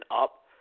up